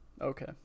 Okay